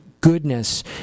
goodness